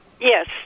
Yes